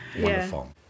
Wonderful